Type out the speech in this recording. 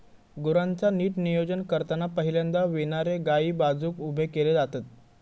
गुरांचा नीट नियोजन करताना पहिल्यांदा विणारे गायी बाजुक उभे केले जातत